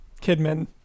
Kidman